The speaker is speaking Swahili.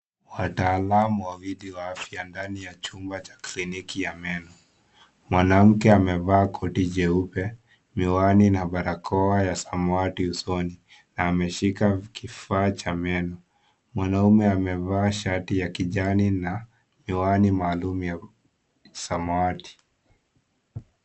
Wataalamu wawili wa afya ndani ya chumba cha kliniki ya meno, mwanamke amevaa koti jeupe, miwani, na barakoa ya samawati usoni na ameshika kifaa cha meno, mwanaume amevaa shati ya kijani na miwani maalum ya samawati.